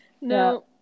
No